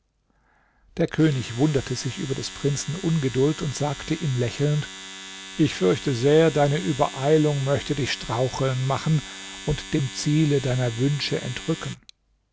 der könig wunderte sich über des prinzen ungeduld und sagte ihm lächelnd ich fürchte sehr deine übereilung möchte dich straucheln machen und dem ziele deiner wünsche entrücken